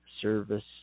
service